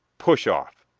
push off.